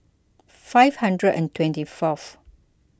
five hundred and twenty fourth